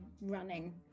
running